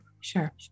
Sure